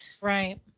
Right